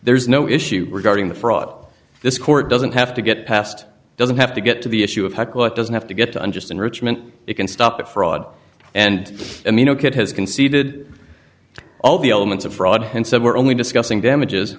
there's no issue regarding the fraud this court doesn't have to get passed doesn't have to get to the issue of hackle it doesn't have to get to and just enrichment it can stop at fraud and i mean a kid has conceded all the elements of fraud and said we're only discussing damages